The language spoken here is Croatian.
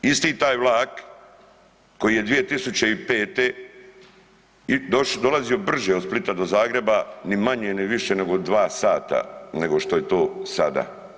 Isti taj vlak koji je 2005. dolazio brže od Splita do Zagreba ni manje ni više nego 2 sata nego što je to sada.